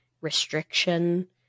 restriction